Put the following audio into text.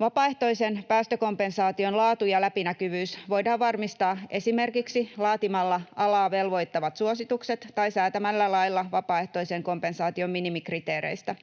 Vapaaehtoisen päästökompensaation laatu ja läpinäkyvyys voidaan varmistaa esimerkiksi laatimalla alaa velvoittavat suositukset tai säätämällä lailla vapaaehtoisen kompensaation minimikriteereistä.